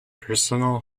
personal